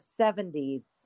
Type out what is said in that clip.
70s